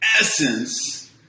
essence